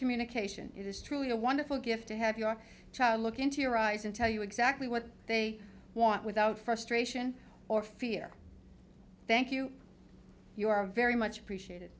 communication it is truly a wonderful gift to have your child look into your eyes and tell you exactly what they want without frustration or fear thank you very much appreciate